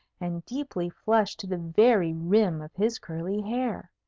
and deeply flush to the very rim of his curly hair?